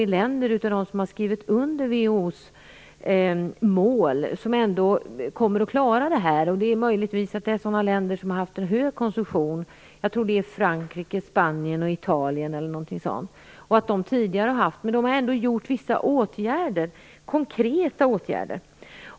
Det finns ett par tre länder som har skrivit under WHO:s mål som ändå kommer att klara av det. Möjligtvis är det sådana länder som tidigare har haft en hög konsumtion. Jag tror att det är Frankrike, Spanien och Italien. De har ändå vidtagit vissa konkreta åtgärder.